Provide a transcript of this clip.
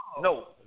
no